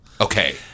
Okay